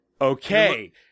Okay